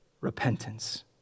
repentance